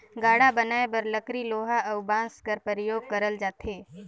गाड़ा बनाए बर लकरी लोहा अउ बाँस कर परियोग करल जाथे